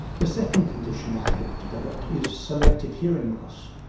the second condition i have developed is selective hearing loss.